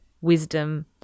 wisdom